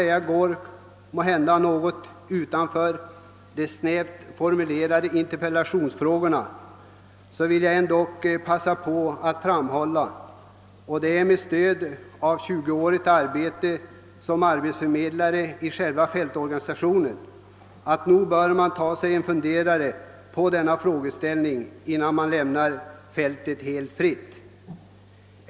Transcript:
även om det går något utanför de snävt formulerade interpellationsfrågorna vill jag passa på att framhålla — det gör jag med stöd av en 20-årig verksamhet som arbetsförmedlare i själva fältorganisationen — att man nog bör ta sig en funderare över denna frågeställning, innan man lämnar fältet helt fritt.